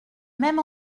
même